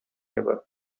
ever